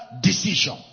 decision